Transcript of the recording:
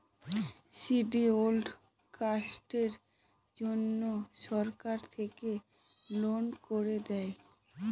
scheduled কাস্টের জন্য সরকার থেকে লোন করে দেয়